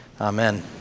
Amen